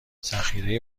ذخیره